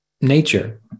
nature